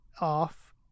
off